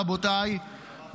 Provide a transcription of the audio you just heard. רבותיי,